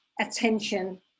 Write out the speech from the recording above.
attention